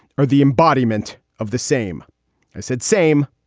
are the embodiment of the same said same.